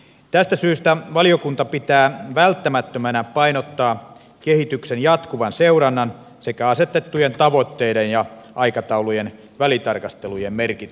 tästä syystä valiokunta pitää välttämättömänä painottaa kehityksen jatkuvan seurannan sekä asetettujen tavoitteiden ja aikataulujen välitarkastelujen merkitystä